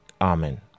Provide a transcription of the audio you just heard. Amen